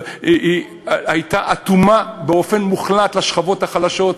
שבמשך כל תקופת כהונתה הייתה אטומה באופן מוחלט לשכבות החלשות,